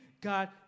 God